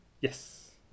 yes